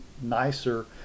nicer